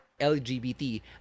LGBT